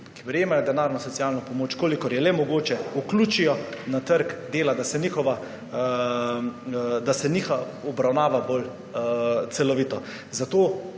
ki prejemajo denarno socialno pomoč, kolikor je le mogoče, vključijo na trg dela, da se njih obravnava bolj celovito. Zato